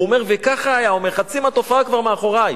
הוא אומר: כך היה, חצי מהתופעה כבר מאחורי.